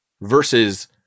versus